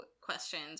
questions